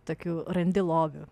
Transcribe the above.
tokių randi lobių